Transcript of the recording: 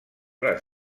les